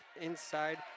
inside